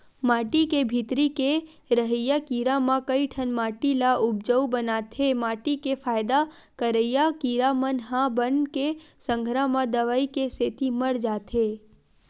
माटी के भीतरी के रहइया कीरा म कइठन माटी ल उपजउ बनाथे माटी के फायदा करइया कीरा मन ह बन के संघरा म दवई के सेती मर जाथे